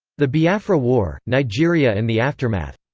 the biafra war nigeria and the aftermath.